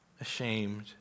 ashamed